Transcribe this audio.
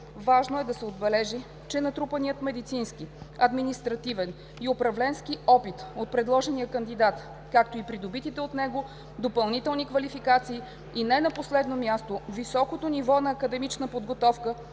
Важно е да се отбележи, че натрупаният медицински, административен и управленски опит от предложения кандидат, както и придобитите от него допълнителни квалификации и не на последно място високото ниво на академична подготовка,